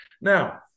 Now